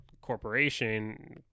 corporation